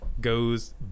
goes